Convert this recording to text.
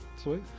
Sweet